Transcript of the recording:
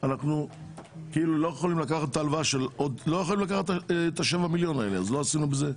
אנחנו לא יכולים לקחת את 7 מיליון השקלים האלה ולא עשינו בזה כלום.